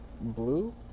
blue